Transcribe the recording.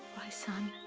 bye, son.